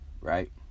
right